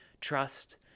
trust